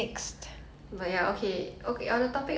oh why leh